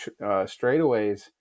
straightaways